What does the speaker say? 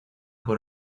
por